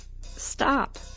Stop